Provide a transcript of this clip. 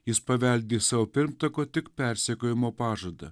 jis paveldi savo pirmtako tik persekiojimo pažadą